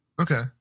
Okay